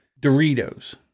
Doritos